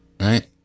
right